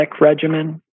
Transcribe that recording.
regimen